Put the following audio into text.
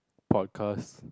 podcast